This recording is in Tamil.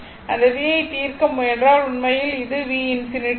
இந்த v ஐ தீர்க்க முயன்றால் உண்மையில் இது v∞ ஆகும்